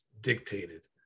dictated